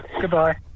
Goodbye